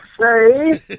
say